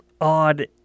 odd